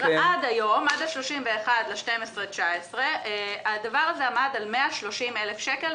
עד 31 בדצמבר 2019 הדבר הזה עמד על 130,000 שקל,